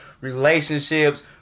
relationships